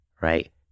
right